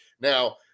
Now